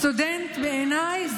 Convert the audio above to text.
סטודנט בעיניי,